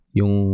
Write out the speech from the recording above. yung